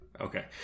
Okay